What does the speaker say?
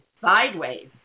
sideways